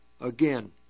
again